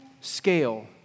scale